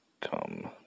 come